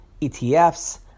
ETFs